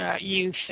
youth